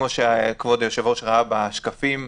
כמו שהיושב-ראש ראה בשקפים,